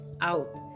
out